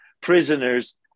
prisoners